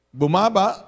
bumaba